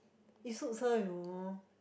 it suits her you know